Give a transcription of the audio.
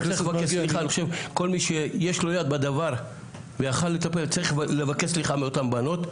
אני חושב שכל מי שיש לו יד בדבר ויכל לטפל צריך לבקש סליחה מאותן בנות,